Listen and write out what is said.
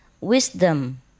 wisdom